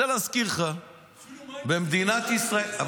אני רוצה להזכיר לך --- אפילו מים טריטוריאליים לא החזרנו.